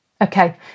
Okay